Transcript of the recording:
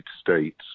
States